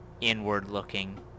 inward-looking